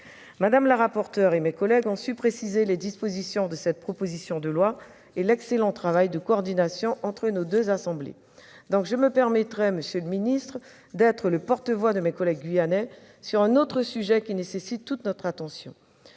Mme la rapporteure et mes collègues ont su préciser les dispositions de cette proposition de loi, avec un excellent travail de coordination mené entre les deux assemblées. Je me permettrai donc, monsieur le ministre, de me faire le porte-voix de mes collègues guyanais sur un autre sujet, qui nécessite toute notre attention.